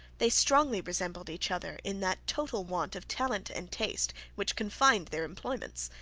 they strongly resembled each other in that total want of talent and taste which confined their employments,